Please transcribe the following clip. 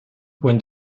when